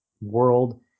world